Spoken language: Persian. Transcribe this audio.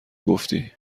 گفتی